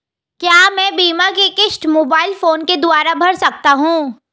क्या मैं बीमा की किश्त मोबाइल फोन के द्वारा भर सकता हूं?